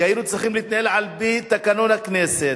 כי היינו צריכים להתנהל על-פי תקנון הכנסת.